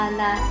la